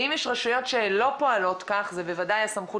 ואם יש רשויות שלא פועלות כך זה בוודאי הסמכות